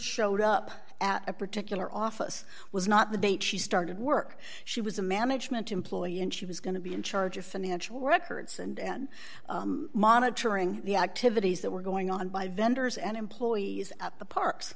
showed up at a particular office was not the date she started work she was a management employee and she was going to be in charge of financial records and monitoring the activities that were going on by vendors and employees at the parks